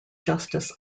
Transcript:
justice